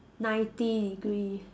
ninety degree